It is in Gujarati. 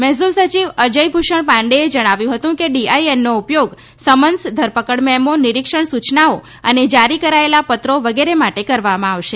મહેસૂલ સચિવ અજય ભૂષણ પાંડે એ જણાવ્યું હતું કે ડીઆઈએનનો ઉપયોગ સમન્સ ધરપકડ મેમો નીરીક્ષણ સૂચનાઓ અને જારી કરાયેલા પત્રો વગેરે માટે કરવામાં આવશે